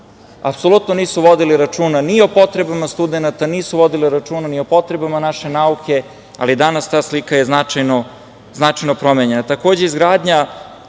Apsolutno nisu vodili računa ni o potrebama studenata, nisu vodili računa ni o potrebama naše nauke, ali je danas ta slika značajno promenjena. Takođe, izgradnja